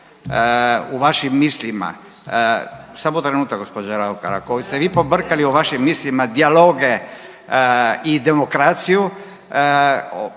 ne razumije./ … Samo trenutak gospođo Raukar. Ako ste vi pobrkali u vašim mislima dijaloge i demokraciju,